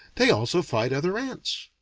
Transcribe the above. they also fight other ants.